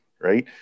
Right